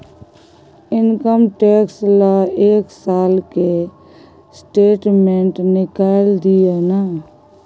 Income tax ल एक साल के स्टेटमेंट निकैल दियो न?